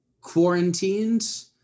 quarantined